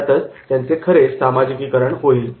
यातच त्यांचे खरे सामाजिकीकरण होईल